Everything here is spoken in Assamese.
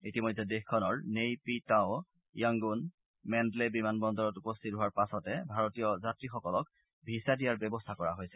ইতিমধ্যে দেশখনৰ Nay Pyi Taw Yangon Mandalay বিমান বন্দৰত উপস্থিত হোৱাৰ পাছতে ভাৰতীয় যাত্ৰীসকলক ভিছা দিয়াৰ ব্যৱস্থা কৰা হৈছে